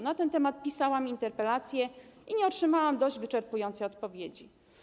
Na ten temat pisałam interpelację i nie otrzymałam wyczerpującej odpowiedzi.